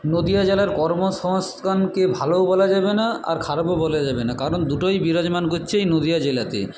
নদীয়া জেলার কর্মসংস্থানকে ভালোও বলা যাবে না আর খারাপও বলা যাবে না কারণ দুটোই বিরাজমান করছে এই নদীয়া জেলাতে